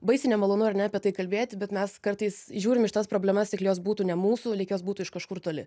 baisiai nemalonu ar ne apie tai kalbėti bet mes kartais žiūrim iš tas problemas lyg jos būtų ne mūsų lyg jos būtų iš kažkur toli